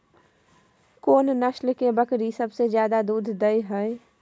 कोन नस्ल के बकरी सबसे ज्यादा दूध दय हय?